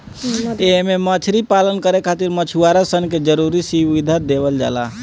एमे मछरी पालन करे खातिर मछुआरा सन के जरुरी सुविधा देहल जाला